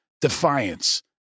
defiance